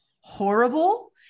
horrible